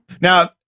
Now